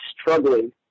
struggling